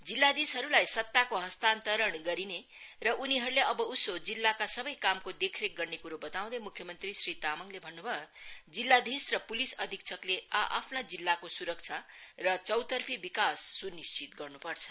जिल्लाधीशहरूलाई सत्तको हस्तान्तरण गरिने र उनीहरूले अबउसो जिल्लाका सबै कामको देखरेख गर्ने क्रो बताउँदै मुख्यमंत्री श्री तामाङले भन्नुभयो जिल्लाधीश र प्लिस अधीक्षमा आफ्ना जिल्लाको स्रक्षा र चौतर्फी विकास स्निश्चित गर्न्पर्छ